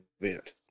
event